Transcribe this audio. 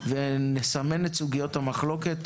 ונסמן את סוגיות המחלוקת.